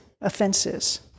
offenses